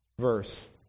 verse